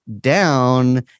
down